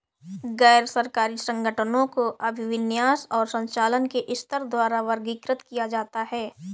गैर सरकारी संगठनों को अभिविन्यास और संचालन के स्तर द्वारा वर्गीकृत किया जाता है